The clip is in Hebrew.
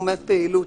תחומי פעילות.